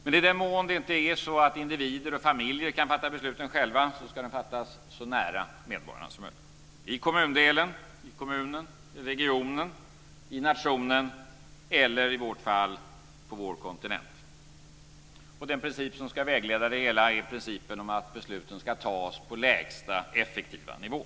Men i den mån det är så att individer och familjer inte kan fatta besluten själva ska de fattas så nära medborgarna som möjligt: i kommundelen, i kommunen, i regionen, i nationen eller, i vårt fall, på vår kontinent. Den princip som ska vägleda det hela är principen att besluten ska tas på lägsta effektiva nivå.